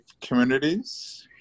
communities